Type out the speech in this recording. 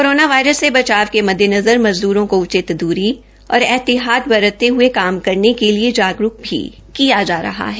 corona virus से बचाव के मद्देनज़र मज़दूरो को उचित दूरी और एहतियात बरतते हये काम करने के लिए जागरूक भी किया जा रहा है